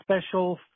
special